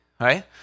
right